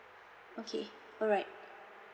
okay alright